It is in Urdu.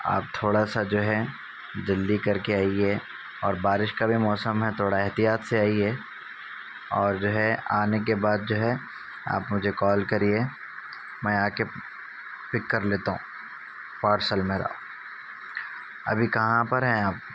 آپ تھوڑا سا جو ہے جلدی کر کے آئیے اور بارش کا بھی موسم ہے تھوڑا احتیاط سے آئیے اور جو ہے آنے کے بعد جو ہے آپ مجھے کال کریے میں آ کے پک کر لیتا ہوں پارسل میرا ابھی کہاں پر ہیں آپ